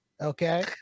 okay